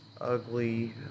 ugly